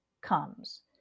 comes